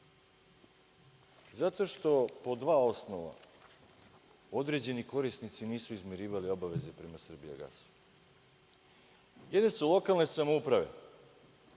što po dva osnova određeni korisnici nisu izmirivali obaveze prema „Srbijagasu“ i da su lokalne samouprave